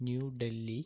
New Delhi